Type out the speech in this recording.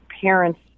parents